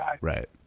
Right